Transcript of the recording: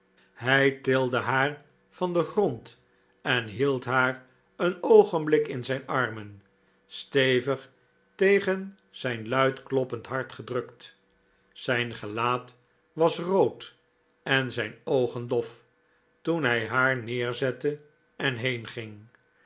hij tilde haar van den grond en hield haar een oogenblik in zijn armen stevig tegen zijn luidkloppend hart gedrukt zijn gelaat was rood en zijn oogen dof toen hij haar neerzette en